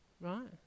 Right